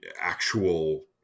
actual